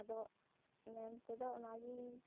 ᱟᱫᱚ ᱢᱮᱱ ᱛᱮᱫᱚ ᱚᱱᱟ ᱜᱮ